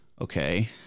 Okay